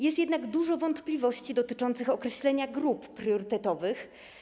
Jest jednak dużo wątpliwości dotyczących określenia grup priorytetowych.